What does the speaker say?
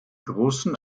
großen